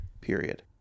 period